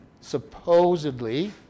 supposedly